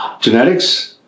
Genetics